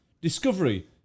Discovery